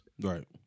Right